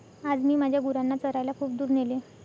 आज मी माझ्या गुरांना चरायला खूप दूर नेले